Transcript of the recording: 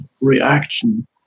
reaction